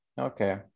okay